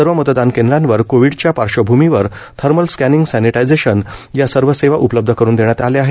सर्व मतदान केंद्रावर कोवीडच्या पार्श्वभूमीवर थर्मल स्कॅनिंग सॅनेटायझेशन या सर्व सेवा उपलब्ध करुन देण्यात आल्या आहेत